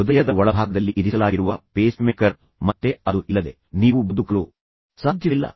ಹೃದಯದ ಒಳಭಾಗದಲ್ಲಿ ಇರಿಸಲಾಗಿರುವ ಪೇಸ್ಮೇಕರ್ ಮತ್ತೆ ಅದು ಇಲ್ಲದೆ ನೀವು ಬದುಕಲು ಸಾಧ್ಯವಿಲ್ಲ